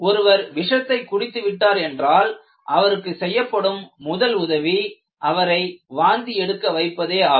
ஒருவர் விஷத்தை குடித்து விட்டார் என்றால் அவருக்கு செய்யப்படும் முதல் உதவி அவரை வாந்தி எடுக்க வைப்பதே ஆகும்